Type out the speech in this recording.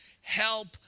help